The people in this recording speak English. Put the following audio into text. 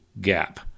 Gap